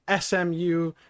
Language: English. smu